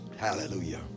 Hallelujah